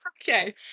Okay